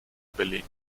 berlin